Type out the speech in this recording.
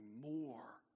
more